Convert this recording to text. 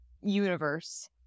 universe